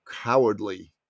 cowardly